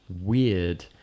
weird